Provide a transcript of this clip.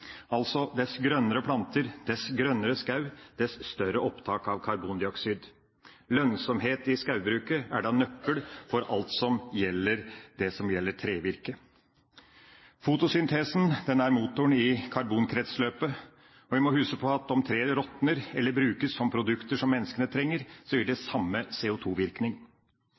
altså: dess grønnere planter, dess grønnere skog, dess større opptak av karbondioksid. Lønnsomhet i skogbruket er da nøkkelen for alt som gjelder trevirke. Fotosyntesen er motoren i karbonkretsløpet, og vi må huske på at om treet råtner eller brukes som produkter som menneskene trenger, blir det samme